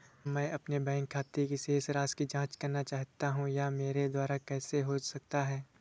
मैं अपने बैंक खाते की शेष राशि की जाँच करना चाहता हूँ यह मेरे द्वारा कैसे हो सकता है?